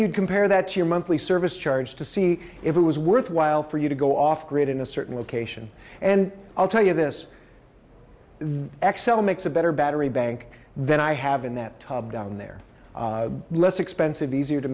you'd compare that to your monthly service charge to see if it was worthwhile for you to go off grid in a certain location and i'll tell you this the xcel makes a better battery bank than i have in that tub down there less expensive easier to